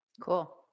Cool